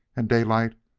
and daylight,